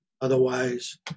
Otherwise